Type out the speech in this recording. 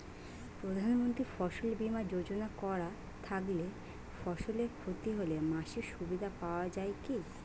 প্রধানমন্ত্রী ফসল বীমা যোজনা করা থাকলে ফসলের ক্ষতি হলে মাসিক সুবিধা পাওয়া য়ায় কি?